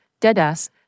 deadass